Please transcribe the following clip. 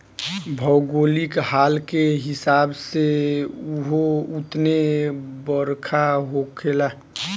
भौगोलिक हाल के हिसाब से उहो उतने बरखा होखेला